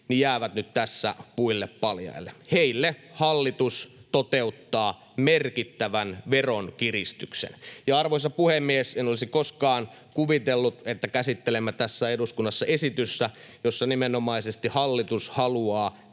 jää nyt tässä puille paljaille. Heille hallitus toteuttaa merkittävän veronkiristyksen. Arvoisa puhemies! En olisi koskaan kuvitellut, että käsittelemme tässä eduskunnassa esitystä, jossa nimenomaisesti hallitus haluaa